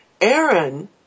Aaron